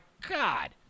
god